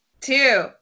two